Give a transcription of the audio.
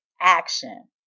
action